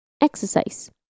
Exercise